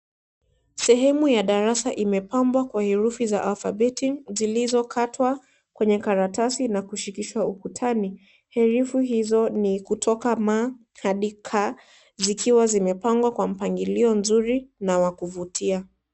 Sehemu ya darasa imepambwa kwa herufi za alfabeti, zilizokatwa kwenye karatasi na kushikishwa ukutani. Herufi hizo ni kutoka ma hadi ka, zikiwa zimepangwa kwa mpangilio mzuri na wa kuvutia.